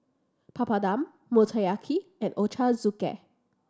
Papadum Motoyaki and Ochazuke